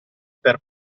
per